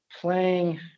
playing